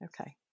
Okay